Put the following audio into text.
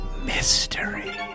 mystery